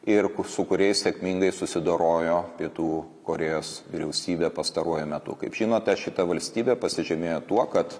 ir su kuriais sėkmingai susidorojo pietų korėjos vyriausybė pastaruoju metu kaip žinote šita valstybė pasižymėjo tuo kad